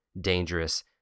dangerous